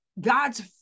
God's